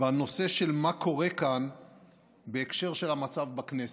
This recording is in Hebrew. בנושא של מה שקורה כאן בהקשר של המצב בכנסת.